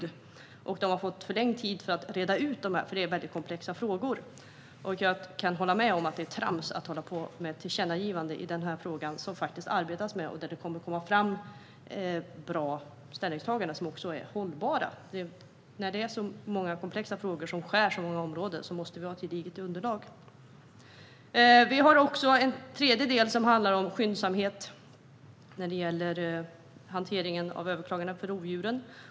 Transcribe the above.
Den utredningen har fått förlängd tid för att reda ut dessa komplexa frågor, och jag kan hålla med om att det är trams att hålla på med tillkännagivanden i en fråga som det faktiskt arbetas med och där det kommer att komma fram bra ställningstaganden som också är hållbara. När det finns så många komplexa frågor som skär igenom så många områden måste vi ha ett gediget underlag. Vi har också en tredje del som handlar om skyndsamhet när det gäller hanteringen av överklaganden för rovdjuren.